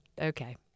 Okay